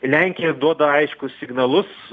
lenkija duoda aiškius signalus